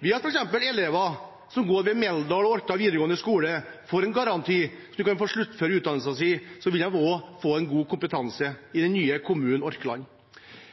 for elever ved f.eks. Meldal og Orkdal videregående skoler, slik at de kan få sluttført utdannelsen sin, vil de også få en god kompetanse i den nye kommunen Orkland.